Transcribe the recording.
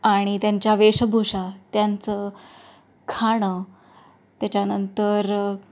आणि त्यांच्या वेषभूषा त्यांचं खाणं त्याच्यानंतर